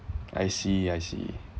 I see I see